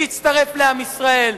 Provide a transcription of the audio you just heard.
להצטרף לעם ישראל,